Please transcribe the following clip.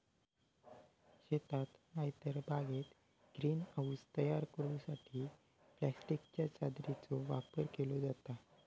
शेतात नायतर बागेत ग्रीन हाऊस तयार करूसाठी प्लास्टिकच्या चादरीचो वापर केलो जाता